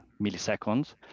milliseconds